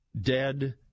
dead